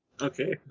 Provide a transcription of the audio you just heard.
Okay